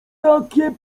takie